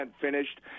finished